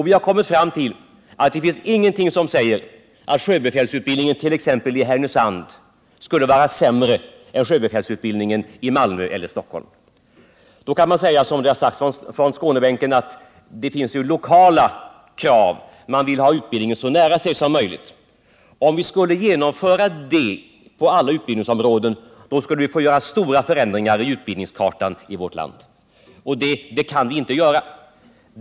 Vi har kommit fram till att det finns ingenting som säger att sjöbefälsutbildning t.ex. i Härnösand skulle vara sämre än sjöbefälsutbildning i Malmö eller Stockholm. Mot detta kan man säga, såsom man har gjort från Skånebänken, att det finnslokala krav: man vill ha utbildningen så nära sig som möjligt. Men om vi skulle arbeta utifrån sådana utgångspunkter på alla utbildningsområden, då skulle vi få göra stora förändringar i utbildningskartan i vårt land, och det kan vi inte göra.